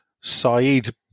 Saeed